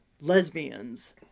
lesbians